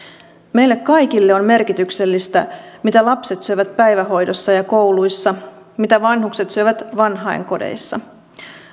meille kaikille on merkityksellistä mitä lapset syövät päivähoidossa ja kouluissa mitä vanhukset syövät vanhainkodeissa